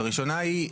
הראשונה היא,